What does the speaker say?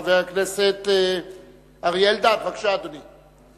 חבר הכנסת אריה אלדד, בבקשה, אדוני.